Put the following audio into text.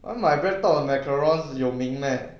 well my breadtalk 的 macarons 有名 leh